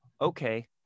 okay